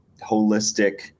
holistic